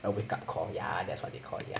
a wake up call ya that's what they call it ya